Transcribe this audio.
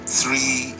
three